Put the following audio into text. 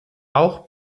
auch